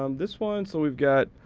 um this one. so we've got